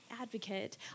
advocate